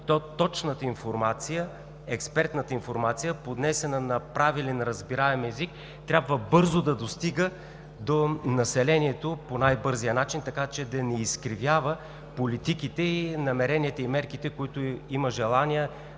точната информация, експертната информация, поднесена на правилен, разбираем език, трябва бързо да достига до населението, по най-бързия начин, така че да не изкривява политиките, намеренията и мерките, които има желание Народното